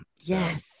Yes